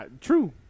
true